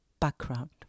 background